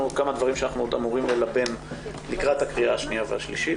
לנו עוד כמה נושאים ללבן לקראת הקריאה השנייה והשלישית.